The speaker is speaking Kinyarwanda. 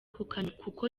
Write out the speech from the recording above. kuko